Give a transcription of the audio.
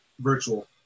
virtual